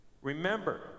Remember